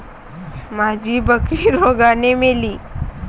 माझी बकरी रोगाने मेली